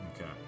Okay